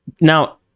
now